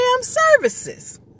services